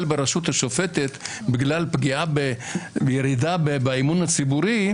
ברשות השופטת בגלל ירידה באמון הציבורי,